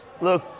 Look